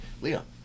Leo